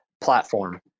platform